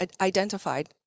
identified